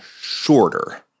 shorter